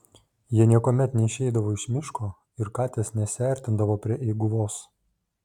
jie niekuomet neišeidavo iš miško ir katės nesiartindavo prie eiguvos